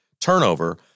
turnover